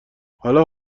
حالا